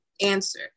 answer